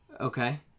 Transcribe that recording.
Okay